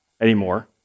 anymore